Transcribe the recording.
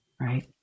right